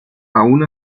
aun